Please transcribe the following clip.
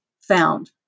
found